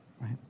right